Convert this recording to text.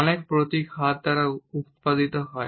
অনেক প্রতীক হাত দ্বারা উত্পাদিত হয়